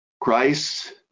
Christ